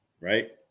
right